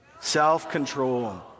Self-control